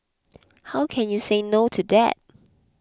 how can you say no to that